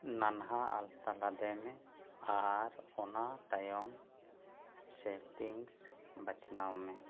ᱱᱟᱱᱦᱟ ᱟᱞᱛᱟ ᱞᱟᱫᱮ ᱢᱮ ᱟᱨ ᱚᱱᱟ ᱛᱟᱭᱚᱢ ᱥᱮᱴᱤᱝᱥ ᱵᱟᱪᱷᱱᱟᱣ ᱢᱮ